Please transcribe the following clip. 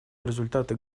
результаты